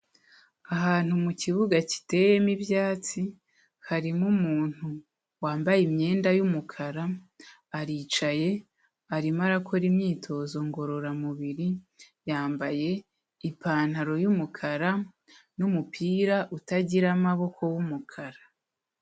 Ahantu mu kibuga giteyemo ibyatsi harimo umuntu wambaye imyenda y'umukara, aricaye arimo arakora imyitozo ngororamubiri, yambaye ipantaro y'umukara n'umupira utagira amaboko w'umukara.